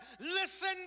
Listen